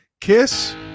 kiss